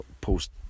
post